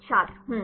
छात्र हम्म